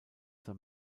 zur